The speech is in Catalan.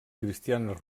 cristianes